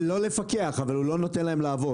הוא לא מפקח, אבל הוא לא נותן להן לעבוד.